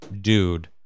dude